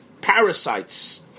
parasites